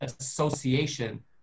association